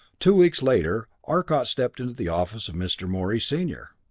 two weeks later, arcot stepped into the office of mr. morey, senior.